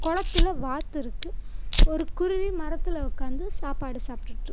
குளத்துல வாத்து இருக்குது ஒரு குருவி மரத்தில் உட்கார்ந்து சாப்பாடு சாப்பிடுட்டு இருக்குது